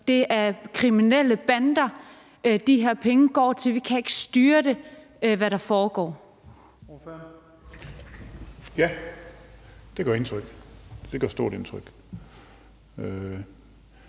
det er kriminelle bander, de her penge går til; vi kan ikke styre, hvad der foregår? Kl. 22:12 Første